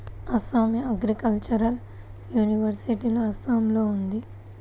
Assam agricultural university అస్సాంలో ఉంది